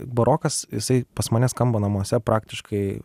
barokas jisai pas mane skamba namuose praktiškai